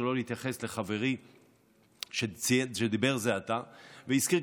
שלא להתייחס לחברי שדיבר זה עתה והזכיר,